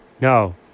No